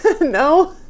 No